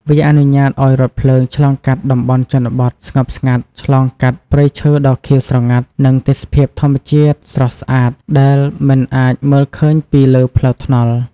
វាអនុញ្ញាតឱ្យរថភ្លើងឆ្លងកាត់ តំបន់ជនបទ ស្ងប់ស្ងាត់ ឆ្លងកាត់ ព្រៃឈើដ៏ខៀវស្រងាត់ និង ទេសភាពធម្មជាតិស្រស់ស្អាត ដែលមិនអាចមើលឃើញពីលើផ្លូវថ្នល់។